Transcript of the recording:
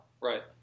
Right